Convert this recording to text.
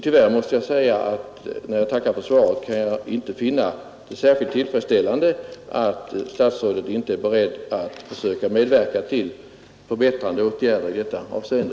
Tyvärr måste jag säga att när jag tackar för svaret kan jag inte finna det särskilt tillfredsställande att statsrådet inte är beredd att försöka medverka till förbättringar i detta avseende.